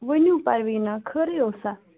ؤنِو پروینا خٲری اوسا